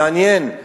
מעניין,